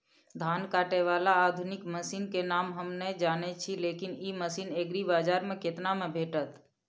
धान काटय बाला आधुनिक मसीन के नाम हम नय जानय छी, लेकिन इ मसीन एग्रीबाजार में केतना में भेटत?